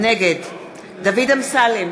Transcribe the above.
נגד דוד אמסלם,